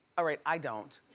all right, i don't.